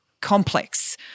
complex